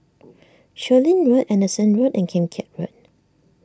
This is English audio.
Chu Lin Road Anderson Road and Kim Keat Road